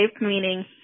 meaning